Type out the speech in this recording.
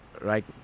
right